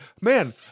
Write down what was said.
man